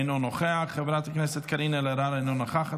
אינו נוכח, חברת הכנסת קארין אלהרר, אינה נוכחת,